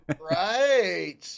Right